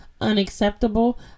unacceptable